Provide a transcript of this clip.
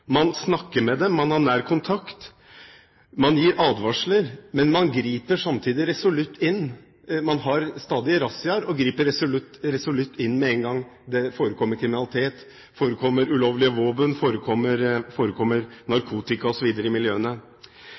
man snakker med dem, man har nær kontakt, og man gir advarsler, men man griper samtidig resolutt inn – man har stadig rassiaer og griper resolutt inn – med en gang det forekommer kriminalitet, forekommer ulovlige våpen, forekommer narkotika osv. i miljøene.